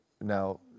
now